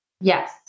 Yes